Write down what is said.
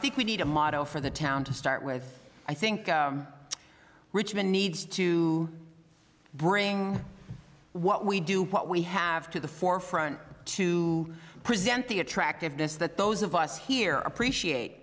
think we need a model for the town to start with i think richmond needs to bring what we do what we have to the forefront to present the attractiveness that those of us here